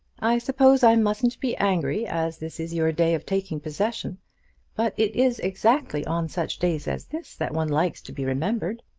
i suppose i mustn't be angry, as this is your day of taking possession but it is exactly on such days as this that one likes to be remembered.